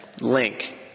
link